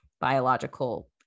biological